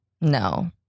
No